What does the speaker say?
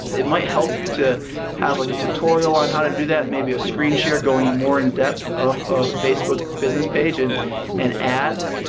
it might help you to have like a tutorial on how to do that, maybe a screen share going more in depth of of facebook business page and and ads,